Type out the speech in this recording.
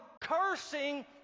cursing